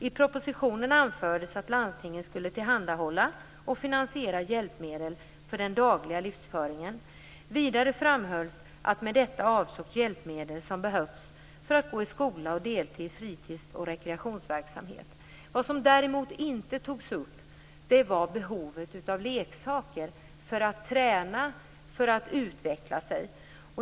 I propositionen anfördes att landstingen skulle tillhandahålla och finansiera hjälpmedel för den dagliga livsföringen. Vidare framhölls att med detta avsågs hjälpmedel som behövs för att gå i skola och delta i fritids och rekreationsverksamhet. Vad som däremot inte togs upp var behovet av leksaker för att träna och för att utveckla sig.